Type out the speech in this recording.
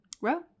Row